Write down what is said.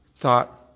thought